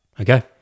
Okay